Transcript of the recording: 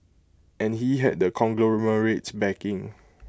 and he had the conglomerate's backing